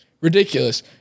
Ridiculous